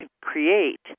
create